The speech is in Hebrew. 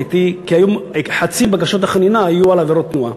כי חצי מבקשות החנינה היו על עבירות תנועה.